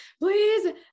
please